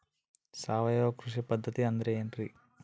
ಸಾವಯವ ಕೃಷಿ ಪದ್ಧತಿ ಅಂದ್ರೆ ಏನ್ರಿ?